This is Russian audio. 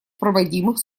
проводимых